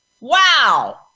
Wow